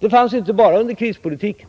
Så var det inte bara i krispolitiken.